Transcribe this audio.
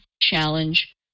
challenge